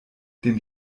den